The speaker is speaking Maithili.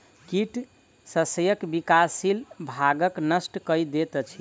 कीट शस्यक विकासशील भागक नष्ट कय दैत अछि